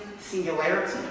singularity